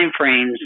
timeframes